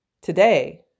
today